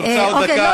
את רוצה עוד דקה?